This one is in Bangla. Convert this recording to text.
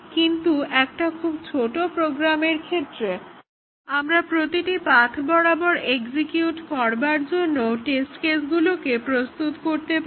কিন্তু একটা খুব ছোট প্রোগ্রামের ক্ষেত্রে আমরা প্রতিটি পাথ বরাবর এক্সিকিউট করার জন্য টেস্ট কেসগুলোকে প্রস্তুত করতে পারি